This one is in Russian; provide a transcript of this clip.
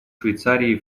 швейцарии